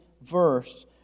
verse